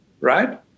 right